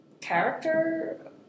character